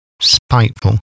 spiteful